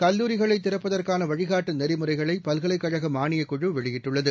கல்லூரிகளைத் திறப்பதற்கானவழிகாட்டுநெறிமுறைகளைபல்கலைக்கழகமானியக்குழுவெளியிட்டுள்ளது